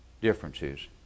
differences